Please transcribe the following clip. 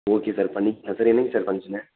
okay sir பண்ணிக்கலாம் sir என்னைக்கு sir function